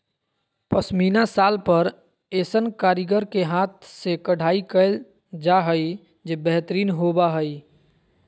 पश्मीना शाल पर ऐसन कारीगर के हाथ से कढ़ाई कयल जा हइ जे बेहतरीन होबा हइ